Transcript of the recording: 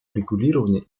урегулирования